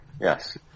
Yes